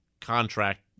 contract